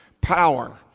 power